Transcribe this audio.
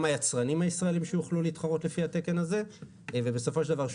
גם ליצרנים הישראליים שיוכלו להתחרות לפי התקן הזה ובסופו של דבר,